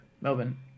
Melbourne